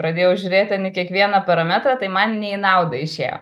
pradėjau žiūrėt ten į kiekvieną parametrą tai man ne į naudą išėjo